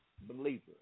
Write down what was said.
believer